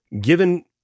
given